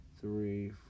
three